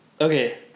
Okay